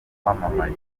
wamamaye